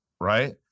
right